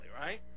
right